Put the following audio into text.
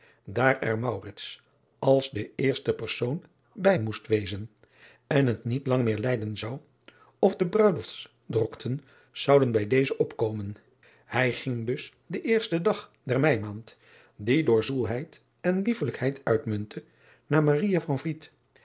daar er als de eerste persoon bij moest wezen en het niet lang meer lijden zou of de ruiloftsdrokten zouden bij dezen opkomen ij ging dus den eersten dag der eimaand die door zoelheid en liefelijkheid uitmuntte naar